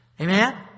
Amen